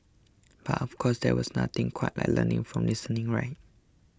but of course there was nothing quite like learning from listening right